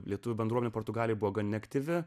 lietuvių bendrovė portugalijoj buvo gan aktyvi